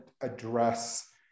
address